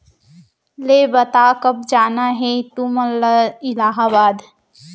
ले बता, कब जाना हे तुमन ला इलाहाबाद?